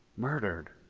murdered.